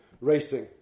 racing